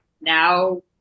now